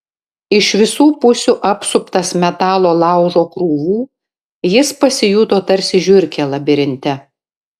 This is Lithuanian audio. iš visų pusių apsuptas metalo laužo krūvų jis pasijuto tarsi žiurkė labirinte